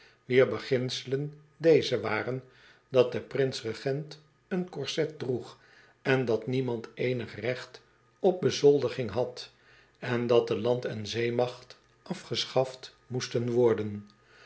wier beginselen deze waren dat de prins regent een korset droeg en dat niemand eenig recht op bezoldiging had en dat de land en zeemacht afgeschaft moesten worden